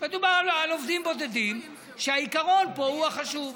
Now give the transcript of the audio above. מדובר על עובדים בודדים, והעיקרון פה הוא החשוב.